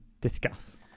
discuss